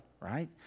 right